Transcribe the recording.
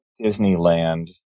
disneyland